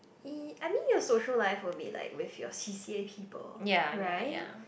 ee I mean your social life will be like with your C_C_A people right